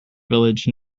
village